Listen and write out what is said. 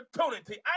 opportunity